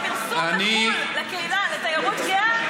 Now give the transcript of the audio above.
12 מיליון שקל הוציא על פרסום בחו"ל לתיירות גאה,